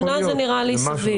שנה זה נראה לי סביר.